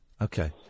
okay